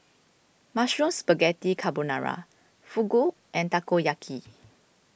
Mushroom Spaghetti Carbonara Fugu and Takoyaki